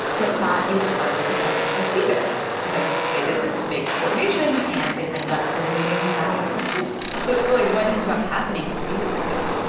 that that is partly because of phoebus because they did this big coordination. and it ended up coordinating that aspect too so, so like, what ended up happening with phoebus cartel?